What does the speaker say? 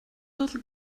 little